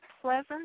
Pleasant